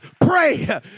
Pray